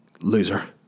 loser